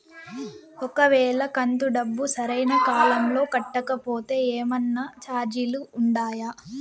ఒక వేళ కంతు డబ్బు సరైన కాలంలో కట్టకపోతే ఏమన్నా చార్జీలు ఉండాయా?